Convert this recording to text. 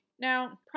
Now